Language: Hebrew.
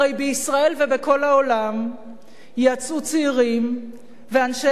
הרי בישראל ובכל העולם יצאו צעירים ואנשי